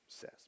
says